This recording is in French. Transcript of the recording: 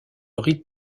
rite